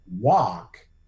walk